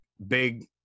big